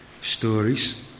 stories